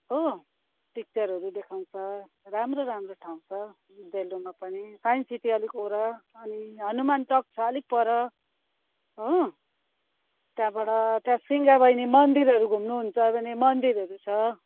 हो पिक्चरहरू देखाउँछ राम्रो राम्रो ठाउँ छ डेलोमा पनि साइन्स सिटी अलिक वर अनि हनुमान टक छ अलिक पर हो त्यहाँबाट त्यहाँ सिंहवाहिनी मन्दिरहरू घुम्नुहुन्छ भने मन्दिरहरू छ